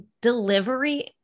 delivery